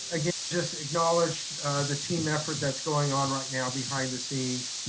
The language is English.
again just acknowledge the team effort that's going on right now behind the scenes.